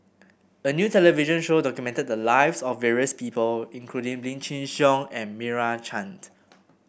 a new television show documented the lives of various people including Lim Chin Siong and Meira Chand